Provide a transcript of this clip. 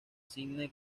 sídney